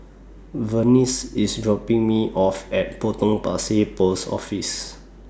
Vernice IS dropping Me off At Potong Pasir Post Office